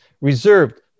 reserved